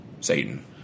Satan